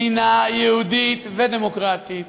מדינה יהודית ודמוקרטית,